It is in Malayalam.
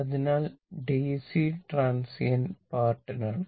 അതിനാൽ ഡിസി ട്രാൻസിയൻറ് പാർട്ടിനാണ്